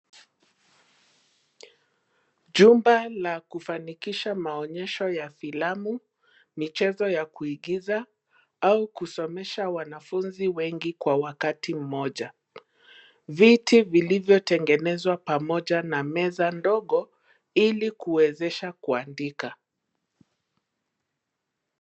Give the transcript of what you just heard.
Jumba la kufanikisha maonyesho ya filamu, michezo ya kuigiza au kusomesha wanafunzi wengi kwa wakati mmoja. Viti vilivyotengenezwa pamoja na meza ndogo ili kuwezesha kuandika.